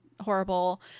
horrible